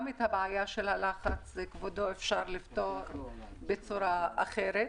גם את הבעיה של הלחץ אפשר לפתור בצורה אחרת.